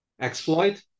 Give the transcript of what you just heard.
exploit